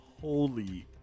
Holy